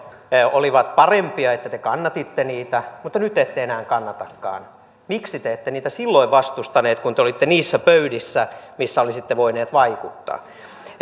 olivat parempia että te kannatitte niitä mutta nyt ette enää kannatakaan miksi te ette niitä silloin vastustanut kun te olitte niissä pöydissä missä olisitte voinut vaikuttaa